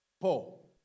Paul